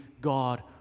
God